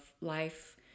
life